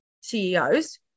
ceos